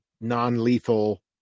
non-lethal